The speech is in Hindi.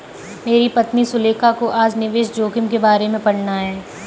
मेरी पत्नी सुलेखा को आज निवेश जोखिम के बारे में पढ़ना है